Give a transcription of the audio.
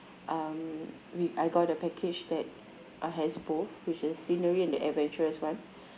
um we I got the package that uh has both which is scenery and the adventurers [one]